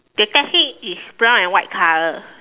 the taxi is brown and white color